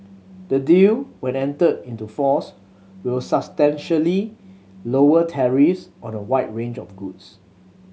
the deal when entered into force will substantially lower tariffs on a wide range of goods